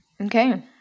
okay